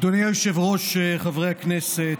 אדוני היושב-ראש, חברי הכנסת,